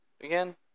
again